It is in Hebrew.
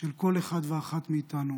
של כל אחד ואחת מאיתנו,